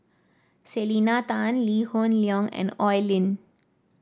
Selena Tan Lee Hoon Leong and Oi Lin